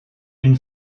une